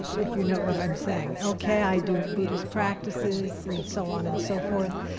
if you know what i'm saying. okay, i do buddhist practices and so on and so forth,